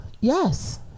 yes